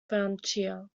frontier